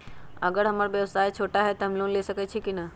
अगर हमर व्यवसाय छोटा है त हम लोन ले सकईछी की न?